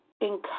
Encourage